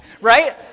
right